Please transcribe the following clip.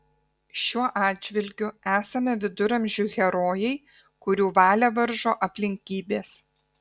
šiuo atžvilgiu esame viduramžių herojai kurių valią varžo aplinkybės